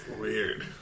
Weird